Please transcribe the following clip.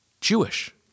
Jewish